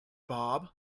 bob